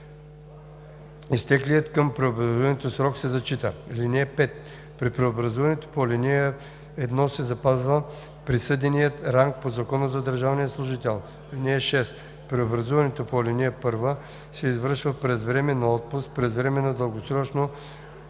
изтеклият към преобразуването срок се зачита. (5) При преобразуването по ал. 1 се запазва присъденият ранг по Закона за държавния служител. (6) Преобразуването по ал. 1 се извършва през време на отпуск, през време на дългосрочно